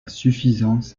suffisance